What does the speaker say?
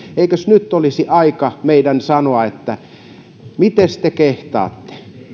eikös nyt olisi aika meidän sanoa mites te kehtaatte